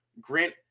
Grant